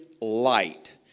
light